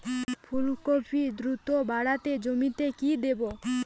ফুলকপি দ্রুত বাড়াতে জমিতে কি দেবো?